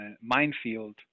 minefield